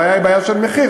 הבעיה היא רק בעיה של מחיר.